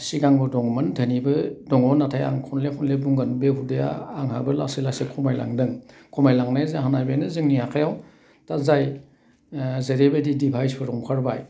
सिगांबो दङमोन दोनिबो दङ नाथाय आं खनले खनले बुंगोन बे हुदाया आंहाबो लासै लासै खमायलांदों खमायलांनाय जाहोना बेनो जोंनि आखाइयाव दा जाय जेरैबायदि डिभाइसफोर ओंखारबाय